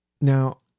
Now